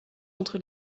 entre